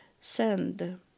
send